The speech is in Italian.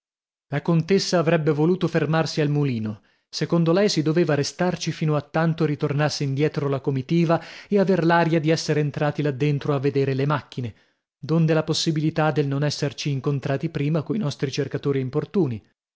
la contessa avrebbe voluto fermarsi al mulino secondo lei si doveva restarci fino a tanto ritornasse indietro la comitiva e aver l'aria di essere entrati là dentro a vedere le macchine donde la possibilità del non esserci incontrati prima coi nostri cercatori importuni